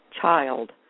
child